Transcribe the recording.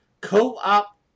co-op